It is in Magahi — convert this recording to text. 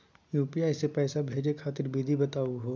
यू.पी.आई स पैसा भेजै खातिर विधि बताहु हो?